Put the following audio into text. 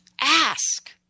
ask